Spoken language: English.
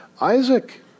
Isaac